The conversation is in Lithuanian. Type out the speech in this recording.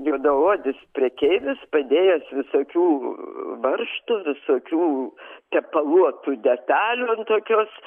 juodaodis prekeivis padėjęs visokių varžtų visokių tepaluotų detalių ant tokios